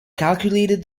calculated